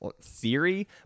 theory